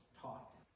taught